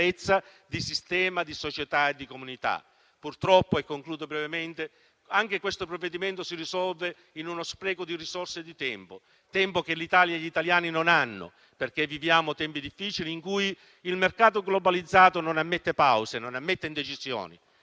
di sistema, società e comunità. Purtroppo, anche questo provvedimento si risolve in uno spreco di risorse e di tempo; tempo che l'Italia e gli italiani non hanno, perché viviamo tempi difficili in cui il mercato globalizzato non ammette pause o indecisioni.